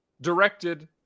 directed